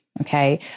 Okay